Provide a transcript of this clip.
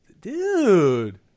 Dude